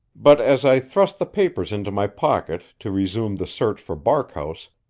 but as i thrust the papers into my pocket to resume the search for barkhouse,